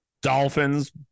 Dolphins